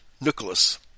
Nicholas